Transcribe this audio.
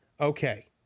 okay